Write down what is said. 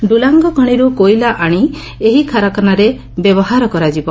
ଡୁଲାଙ୍ଗ ଖଣିରୁ କୋଇଲା ଆଣି ଏହି କାରଖାନାରେ ବ୍ୟବହାର କରାଯିବ